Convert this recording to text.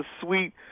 sweet